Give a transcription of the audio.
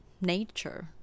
nature